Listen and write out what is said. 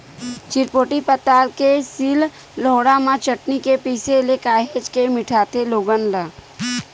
चिरपोटी पताल के सील लोड़हा म चटनी के पिसे ले काहेच के मिठाथे लोगन ला